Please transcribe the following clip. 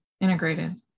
integrated